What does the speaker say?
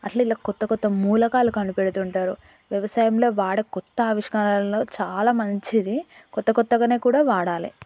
అట్ల వీళ్ళు కొత్త కొత్త మూలకాలు కనిపెడుతుంటారు వ్యవసాయంలో వాడే కొత్త ఆవిష్కారాల్లో చాలా మంచిది కొత్త కొత్తగనే కూడా వాడాలి